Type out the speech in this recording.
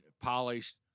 polished